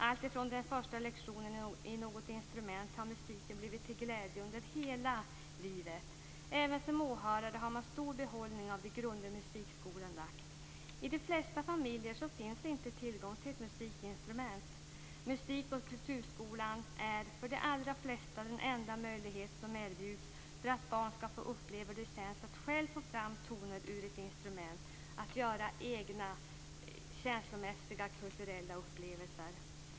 Alltifrån den första lektionen på något instrument har musiken blivit till glädje under hela livet. Även som åhörare har man stor behållning av de grunder som musikskolan lagt. I de flesta familjer finns det inte tillgång till ett musikinstrument. Musik och kulturskolan är för de allra flesta den enda möjlighet som erbjuds för att barn skall få uppleva hur det känns att själva få fram toner ur ett instrument och göra egna känslomässiga kulturella upplevelser.